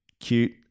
cute